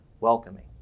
welcoming